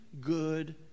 good